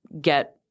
get